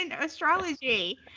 astrology